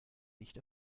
nicht